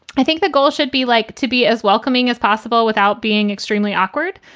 i think the goal should be like to be as welcoming as possible without being extremely awkward.